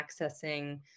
accessing